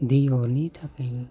दैनि थाखायनो